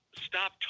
stop